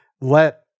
let